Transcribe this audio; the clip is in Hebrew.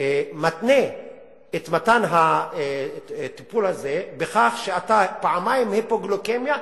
מתנה את מתן הטיפול הזה בכך שאתה פעמיים בהיפוגליקמיה,